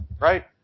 right